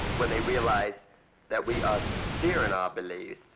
when they realize that we are sincere in our beliefs,